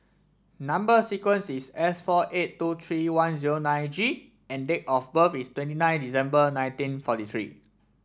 number sequence is S four eight two three one zero nine G and date of birth is twenty nine December nineteen forty three